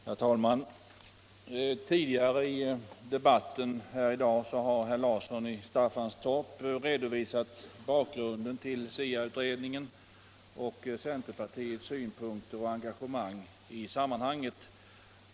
Herr talman! Tidigare i dagens debatt redovisade Herr Larsson i Staffanstorp bakgrunden till SIA-utredningen och centerpartiets synpunkter och engagemang i det sammanhanget.